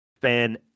fan